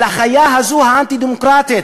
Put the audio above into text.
על החיה הזאת, האנטי-דמוקרטית,